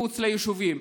מחוץ ליישובים.